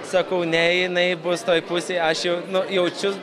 sakau ne jinai bus toj pusėj aš jau nu jaučiu